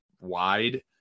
wide